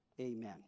amen